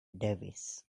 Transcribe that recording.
davis